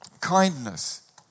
kindness